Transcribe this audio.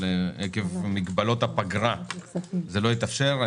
אבל עקב מגבלות הפגרה זה לא התאפשר.